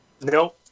No